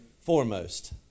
foremost